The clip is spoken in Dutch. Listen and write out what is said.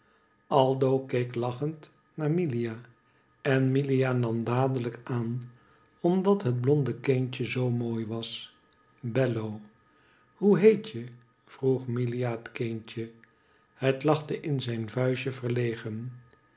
aldo keek lachend naar milia en milia nam dadelijk aan omdat het blonde kindje zoo mooi was bello hoe heet je vroeg milia het kindje het lachte in zijn vuistje verlegen